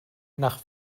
nach